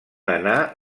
anar